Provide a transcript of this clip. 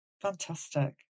fantastic